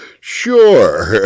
Sure